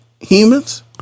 humans